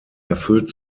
erfüllt